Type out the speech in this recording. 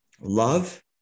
love